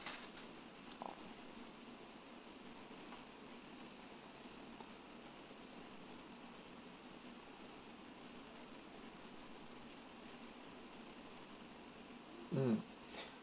mm